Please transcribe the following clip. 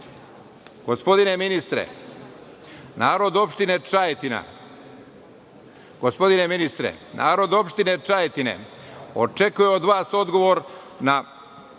ministre, narod opštine Čajetine, očekuje od vas odgovor na